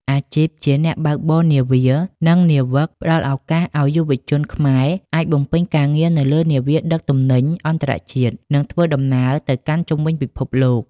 អាជីពជាអ្នកបើកបរនាវា និងនាវិក ផ្តល់ឱកាសឱ្យយុវជនខ្មែរអាចបំពេញការងារនៅលើនាវាដឹកទំនិញអន្តរជាតិ និងធ្វើដំណើរទៅកាន់ជុំវិញពិភពលោក។